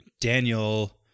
Daniel